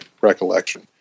recollection